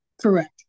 Correct